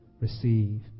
receive